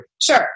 Sure